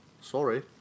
Sorry